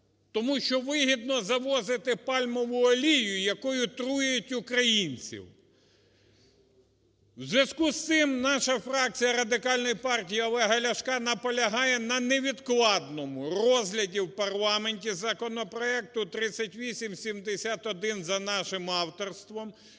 Тому що вигідно завозити пальмову олію, якою труять українців? В зв'язку із цим наша фракція Радикальної партії Олега Ляшка наполягає на невідкладному розгляді у парламенті законопроекту 3871 за нашим авторством